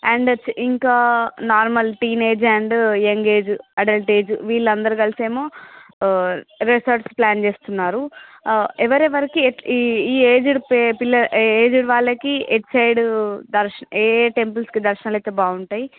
and ఇంకా normal teenage and young age adult age వీళ్ళందరూ కలిసేమో రిసార్ట్స్ ప్లాన్ చేస్తున్నారు ఎవరెవరికి ఎట్ల ఈ ఈ ఏజ్డ్ ఏజ్డ్ వాళ్లకి ఎటు సైడు దర్స్ ఏ టెంపుల్స్కి దర్శనాలైతే బాగుంటాయి